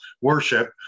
worship